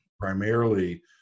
primarily